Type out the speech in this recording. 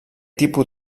tipus